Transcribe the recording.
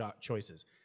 choices